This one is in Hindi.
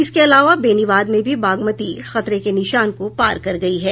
इसके अलावा बेनीबाद में भी बागमती खतरे के निशान को पार कर गयी है